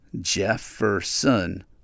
Jefferson